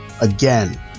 again